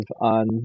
on